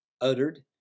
uttered